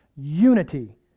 unity